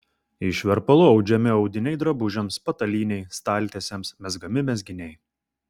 iš verpalų audžiami audiniai drabužiams patalynei staltiesėms mezgami mezginiai